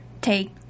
take